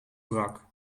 brak